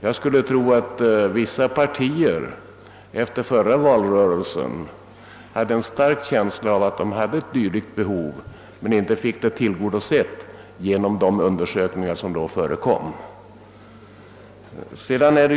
Jag skulle tro att vissa partier efter förra valrörelsen hade en stark känsla av att de hade ett dylikt behov men inte fick det tillgodosett genom de undersökningar som då förekom.